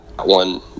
one